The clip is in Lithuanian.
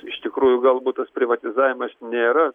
iš tikrųjų galbūt tas privatizavimas nėra